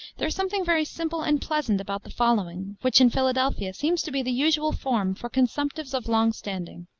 there is something very simple and pleasant about the following, which, in philadelphia, seems to be the usual form for consumptives of long standing.